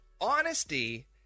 honesty